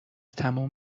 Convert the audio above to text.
تمام